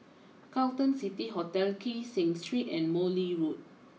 Carlton City Hotel Kee Seng Street and Morley Road